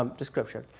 um description.